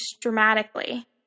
dramatically